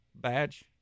badge